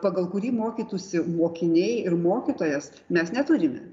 pagal kurį mokytųsi mokiniai ir mokytojas mes neturime